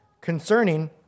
concerning